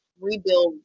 rebuild